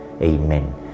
Amen